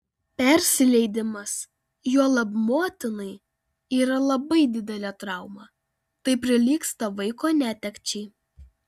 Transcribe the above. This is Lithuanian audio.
persileidimas juolab motinai yra labai didelė trauma tai prilygsta vaiko netekčiai